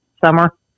summer